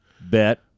bet